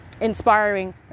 inspiring